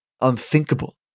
unthinkable